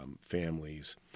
families